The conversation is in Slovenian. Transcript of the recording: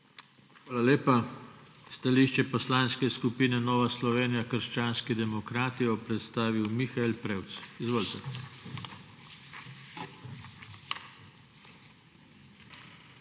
Hvala lepa. Stališče Poslanske skupine Nova Slovenija – krščanski demokrati bo predstavil Mihael Prevc. Izvolite. **MIHAEL